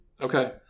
Okay